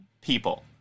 people